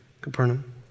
Capernaum